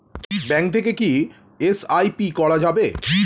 Bank থেকে কী SIP করা যাবে?